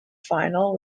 final